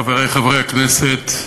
חברי חברי הכנסת,